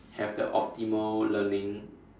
have the optimal learning